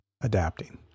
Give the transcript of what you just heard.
adapting